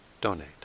donate